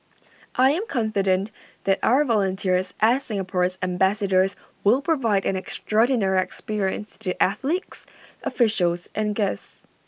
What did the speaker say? I am confident that our volunteers as Singapore's ambassadors will provide an extraordinary experience to athletes officials and guests